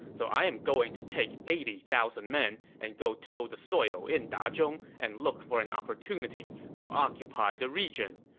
so i'm going to take eighty thousand men and go till the soil in dazhong and look for an opportunity to occupy the region.